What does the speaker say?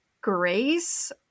Grace